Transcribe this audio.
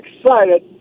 excited